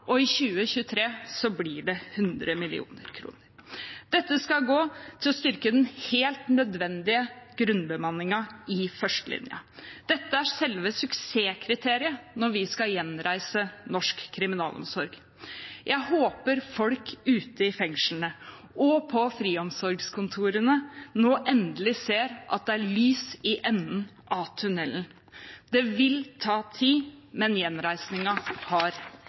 og i 2023 blir det 100 mill. kr. Dette skal gå til å styrke den helt nødvendige grunnbemanningen i førstelinjen. Dette er selve suksesskriteriet når vi skal gjenreise norsk kriminalomsorg. Jeg håper folk ute i fengslene og på friomsorgskontorene nå endelig ser at det er lys i enden av tunnelen. Det vil ta tid, men gjenreisingen har